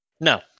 No